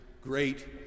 great